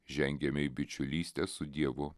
žengiame į bičiulystę su dievu